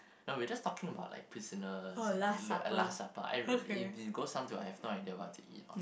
no we're just talking about like prisoners and the last supper I it it goes on to I have no idea what to eat or